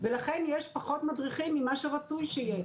ולכן יש פחות מדריכים ממה שרצוי שיהיה.